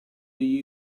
degli